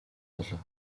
болов